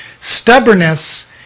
Stubbornness